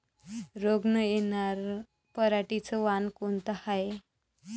रोग न येनार पराटीचं वान कोनतं हाये?